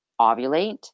ovulate